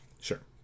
Sure